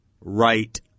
right